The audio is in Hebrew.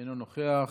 אינו נוכח,